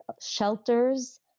shelters